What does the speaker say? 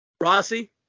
Rossi